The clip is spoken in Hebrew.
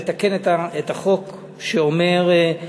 לתקן את החוק שאומר,